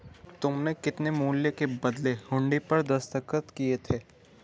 तुमने कितने मूल्य के बदले हुंडी पर दस्तखत किए थे?